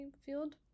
field